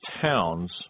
towns